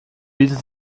bietet